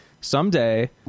someday